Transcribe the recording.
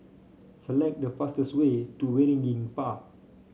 select the fastest way to Waringin Park